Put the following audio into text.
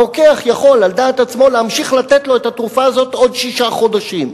הרוקח יכול על דעת עצמו להמשיך לתת לו את התרופה הזאת עוד שישה חודשים.